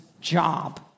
job